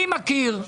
אני מכיר מקרים,